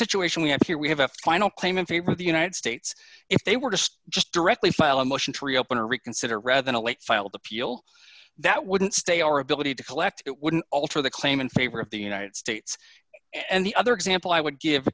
situation we have here we have a final claim in favor of the united states if they were just just directly file a motion to reopen or reconsider rather than a late filed appeal that wouldn't stay our ability to collect it wouldn't alter the claim in favor of the united states and the other example i would give